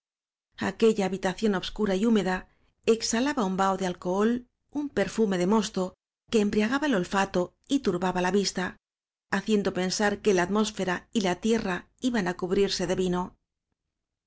aquella habitación obscura y húmeda exhalaba un vaho de al cohol un perfume de mosto que embriagaba el olfato y turbaba la vista haciendo pensar que la atmósfera y la tierra iban á cubrirse de vino